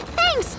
thanks